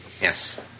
Yes